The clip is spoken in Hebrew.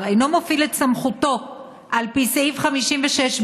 אינו מפעיל את סמכותו על פי סעיף 56(א),